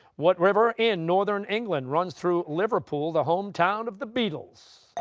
what river in northern england runs through liverpool, the hometown of the beatles?